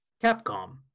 Capcom